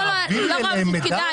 תעבירי להם מידע?